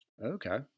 Okay